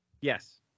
Yes